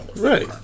Right